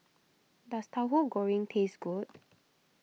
does Tauhu Goreng taste good